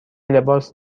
لباس